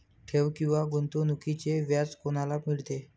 ठेव किंवा गुंतवणूकीचे व्याज कोणाला मिळते?